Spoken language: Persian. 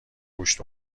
گوشت